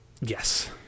Yes